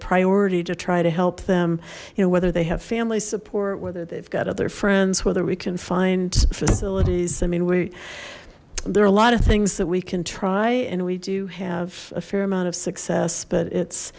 priority to try to help them you know whether they have family support whether they've got other friends whether we can find facilities i mean we there are a lot of things that we can try and we do have a fair amount of success but it's